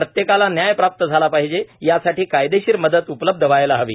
प्रत्येकाला न्याय प्राप्त झाला पाहिजे यासाठी कायदेशीर मदत उपलब्ध व्हायला हवी